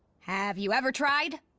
have you ever tried?